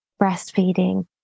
breastfeeding